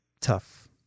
tough